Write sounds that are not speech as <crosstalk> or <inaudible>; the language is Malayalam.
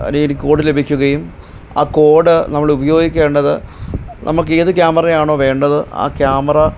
<unintelligible> കോഡ് ലഭിക്കുകയും ആ കോഡ് നമ്മൾ ഉപയോഗിക്കേണ്ടത് നമ്മൾക്ക് ഏത് ക്യാമറയാണോ വേണ്ടത് ആ ക്യാമറ